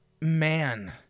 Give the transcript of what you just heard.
Man